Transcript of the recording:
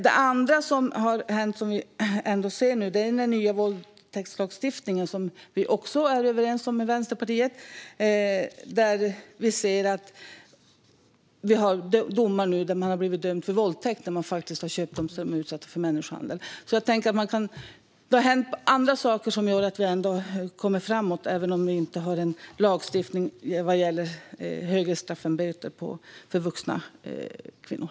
Det andra som har hänt är den nya våldtäktslagstiftningen, som vi också är överens om med Vänsterpartiet. Vi ser nu domar där män dömts för våldtäkt när de köpt dem som är utsatta för människohandel. Jag tänker alltså att det har hänt andra saker som gör att vi kommer framåt även om vi inte har lagstiftning vad gäller högre straff än böter för sexköp av vuxna kvinnor.